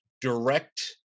direct